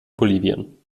bolivien